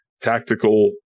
tactical